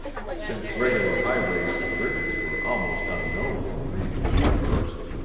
since regular highways and bridges were almost unknown in the regions traversed.